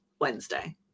wednesday